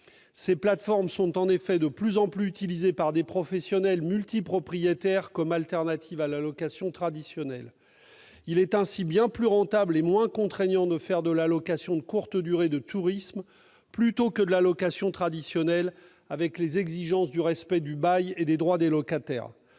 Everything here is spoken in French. Ces plateformes sont en effet de plus en plus utilisées par des professionnels multipropriétaires comme solution de rechange à la location traditionnelle. Il est ainsi bien plus rentable et moins contraignant de faire de la location de courte durée de tourisme, plutôt que de la location traditionnelle, avec les exigences de respect du bail et des droits des locataires